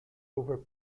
over